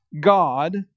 God